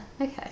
Okay